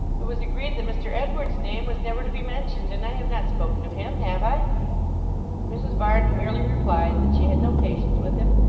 it was agreed that mr edward's name was never to be mentioned, and i have not spoken of him, have i mrs varden merely replied that she had no patience with him,